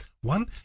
One